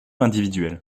individuel